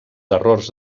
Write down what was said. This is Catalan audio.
errors